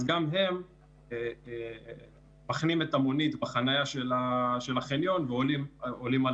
אז גם הם מחנים את המונית בחניה של החניון ועולים על